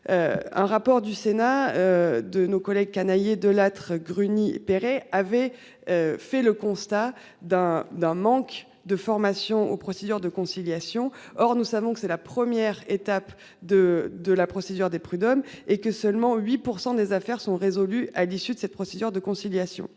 Un rapport du Sénat. De nos collègues Canayer de Lattre Gruny. Avait. Fait le constat d'un, d'un manque de formation aux procédures de conciliation, or nous savons que c'est la première étape de de la procédure des prud'hommes et que seulement 8% des affaires sont résolues à l'issue de cette procédure de conciliation.